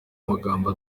amagambo